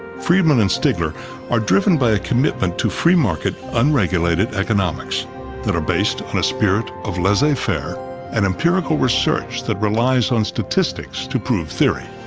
friedman and stigler are driven by a commitment to free market, unregulated economics that are based on a spirit of laissez-faire laissez-faire and empirical research that relies on statistics to prove theory.